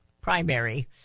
primary